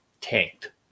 tanked